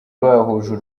bahuje